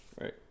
right